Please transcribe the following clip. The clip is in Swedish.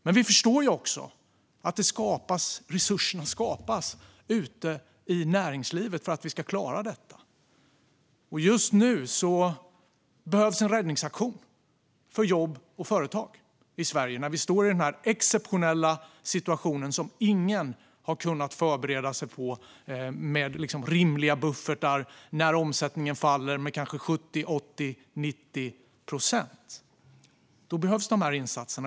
Men vi förstår också att resurserna skapas ute i näringslivet. Just nu behövs en räddningsaktion för jobb och företag i Sverige, nu när vi står i denna exceptionella situation som ingen kunnat förbereda sig för med rimliga buffertar och när omsättningen faller med kanske 70, 80 eller 90 procent. Då behövs dessa insatser.